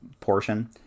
portion